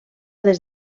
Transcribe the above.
des